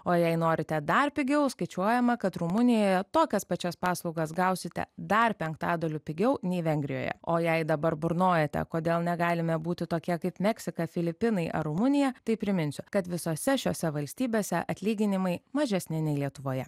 o jei norite dar pigiau skaičiuojama kad rumunijoje tokias pačias paslaugas gausite dar penktadaliu pigiau nei vengrijoje o jei dabar burnojate kodėl negalime būti tokia kaip meksika filipinai ar rumunija tai priminsiu kad visose šiose valstybėse atlyginimai mažesni nei lietuvoje